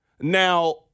Now